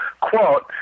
quote